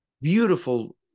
Beautiful